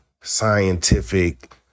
scientific